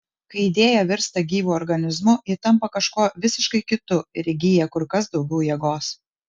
kai idėja virsta gyvu organizmu ji tampa kažkuo visiškai kitu ir įgyja kur kas daugiau jėgos